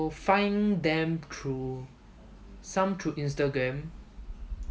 will find them through some through instagram